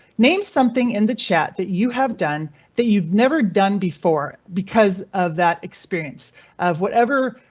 name something in the chat that you have done that you've never done before because of that experience of whatever.